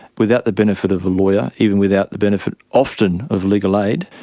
without the benefit of a lawyer, even without the benefit often of legal aid,